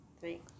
Three